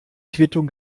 quittung